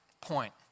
point